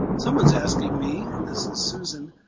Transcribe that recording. someone's asking me, this is susan,